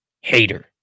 hater